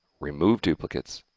remove duplicates,